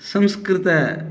Sanskrit